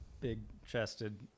big-chested